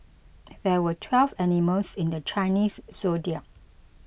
there were twelve animals in the Chinese zodiac